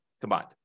combined